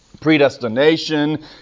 predestination